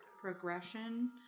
progression